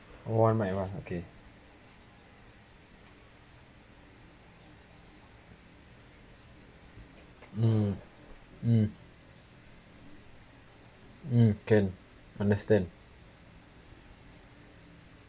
orh one by one okay um um um can understand